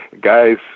guys